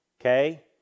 Okay